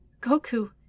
Goku